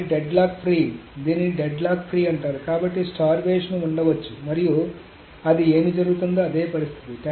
కాబట్టి deadlock free దీనిని deadlock free అంటారు కాబట్టి స్టార్వేషన్ ఉండవచ్చు మరియు అది ఏమి జరుగుతుందో అదే పరిస్థితి